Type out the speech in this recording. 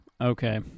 Okay